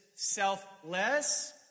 selfless